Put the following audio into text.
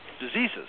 diseases